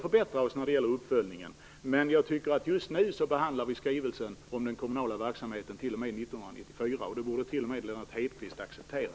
Men just nu behandlar vi skrivelsen om den kommunala verksamheten t.o.m. 1994, och det borde även Lennart Hedquist acceptera.